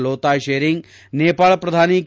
ಲೋತಾಯ್ ಶೆರಿಂಗ್ ನೇಪಾಳ ಪ್ರಧಾನಿ ಕೆ